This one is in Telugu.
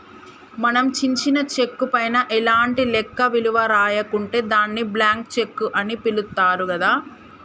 మనం చించిన చెక్కు పైన ఎలాంటి లెక్క విలువ రాయకుంటే దాన్ని బ్లాంక్ చెక్కు అని పిలుత్తారు గదా